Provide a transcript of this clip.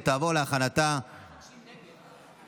ותעבור להכנתה,